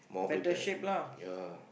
more prepared yeah